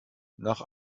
nach